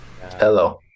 Hello